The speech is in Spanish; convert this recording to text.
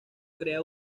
crea